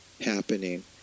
happening